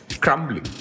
crumbling